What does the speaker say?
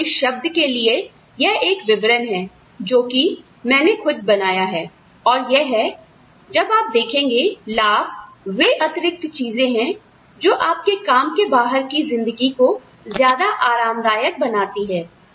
अब इस शब्द के लिए यह एक विवरण है जो कि मैंने खुद बनाया है और यह है जब आप देखेंगे लाभ वे अतिरिक्त चीजें हैं जो आपके काम के बाहर की जिंदगी को ज्यादा आरामदायक बनाती हैं